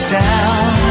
down